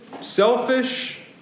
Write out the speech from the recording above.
Selfish